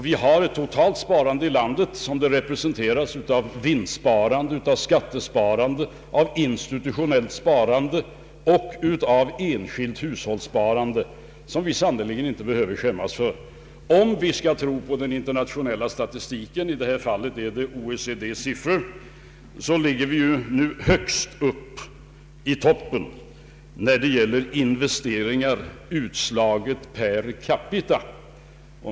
Vi har ett totalt sparande i landet — som representeras av vinstsparande, skattesparande, institutionellt sparande och enskilt hushållssparande — som vi sannerligen inte behöver skämmas för. Om vi skall tro på den internationella statistiken — i detta fall OECD:s siffror — ligger vi nu högst uppe på toppen när det gäller investeringar utslagna per capita.